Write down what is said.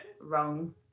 wrong